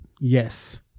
Yes